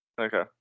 okay